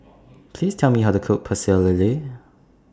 Please Tell Me How to Cook Pecel Lele